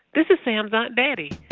this is sam's aunt betty.